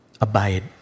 abide